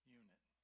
unit